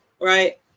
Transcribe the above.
right